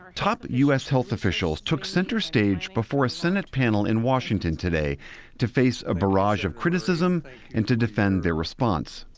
top u s. health officials took center stage before a senate panel in washington today to face a barrage of criticism and to defend their response.